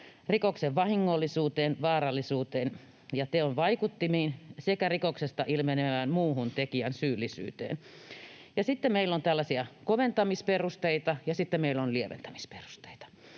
rikoksen vahingollisuuteen, vaarallisuuteen ja teon vaikuttimiin sekä rikoksesta ilmenevään muuhun tekijän syyllisyyteen, ja sitten meillä on tällaisia koventamisperusteita